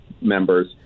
members